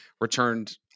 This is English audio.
returned